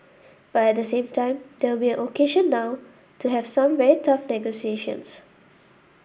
but at the same time there will be an occasion now to have some very tough negotiations